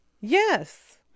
yes